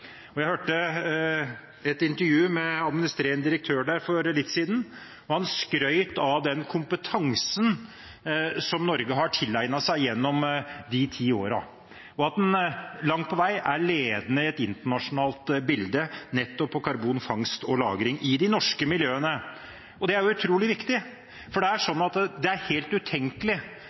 Jeg hørte et intervju med administrerende direktør der for litt siden, hvor han skrøt av den kompetansen som Norge har tilegnet seg gjennom de ti årene, og at en langt på vei er ledende i et internasjonalt bilde nettopp på karbonfangst og -lagring i de norske miljøene. Det er jo utrolig viktig, for det er